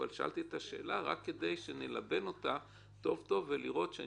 אבל שאלתי את השאלה רק כדי שנלבן אותה טוב-טוב ולראות אם